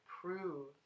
prove